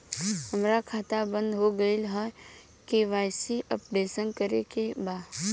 हमार खाता बंद हो गईल ह के.वाइ.सी अपडेट करे के बा?